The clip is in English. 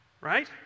right